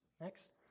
Next